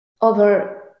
over